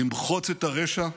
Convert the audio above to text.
למחוץ את הרשע,